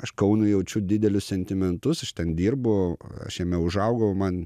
aš kaunui jaučiu didelius sentimentus aš ten dirbu aš jame užaugau man